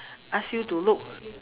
ask you to look